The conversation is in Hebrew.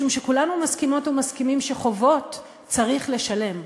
משום שכולנו מסכימות ומסכימים שחובות צריך לשלם,